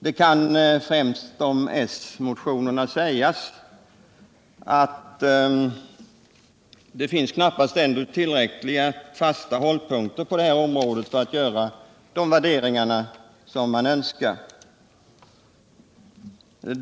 Det kan om s-motionerna främst sägas att det knappast ännu finns tillräckligt fasta hållpunkter för att göra de värderingar som man önskar på detta område.